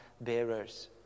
bearers